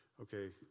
Okay